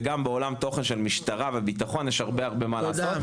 גם בעולם תוכן של משטרה וביטחון יש הרבה מה לעשות.